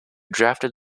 drafted